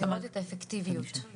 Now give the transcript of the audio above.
לראות את האפקטיביות של החוק.